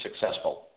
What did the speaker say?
successful